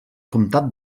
comtat